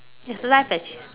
it's life achie~